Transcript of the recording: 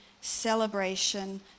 celebration